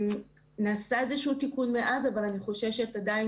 נעשה איזשהו תיקון מאז אבל אני חוששת עדיין